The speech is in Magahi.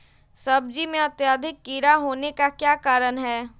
सब्जी में अत्यधिक कीड़ा होने का क्या कारण हैं?